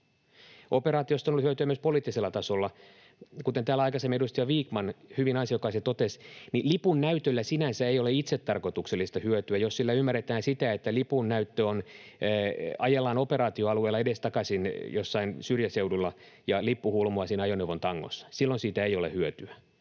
Operaatiosta on ollut hyötyä myös poliittisella tasolla. Kuten täällä aikaisemmin edustaja Vikman hyvin ansiokkaasti totesi, lipun näytöllä sinänsä ei ole itsetarkoituksellista hyötyä. Jos lipun näyttö ymmärretään niin, että ajellaan operaatioalueella edestakaisin jossain syrjäseudulla ja lippu hulmuaa siinä ajoneuvon tangossa, niin silloin siitä ei ole hyötyä.